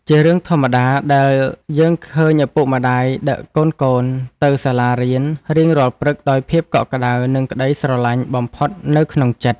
ជារឿងធម្មតាដែលយើងឃើញឪពុកម្តាយដឹកកូនៗទៅសាលារៀនរៀងរាល់ព្រឹកដោយភាពកក់ក្តៅនិងក្ដីស្រឡាញ់បំផុតនៅក្នុងចិត្ត។